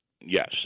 Yes